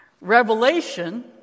revelation